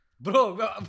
Bro